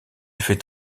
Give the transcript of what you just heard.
fait